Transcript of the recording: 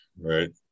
Right